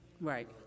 Right